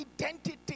identity